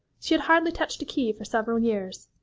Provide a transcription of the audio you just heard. she had hardly touched a key for several years.